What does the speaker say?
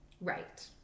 Right